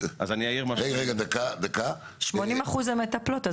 80 אחוזים הן מטפלות.